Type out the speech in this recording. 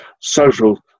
social